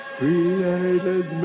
created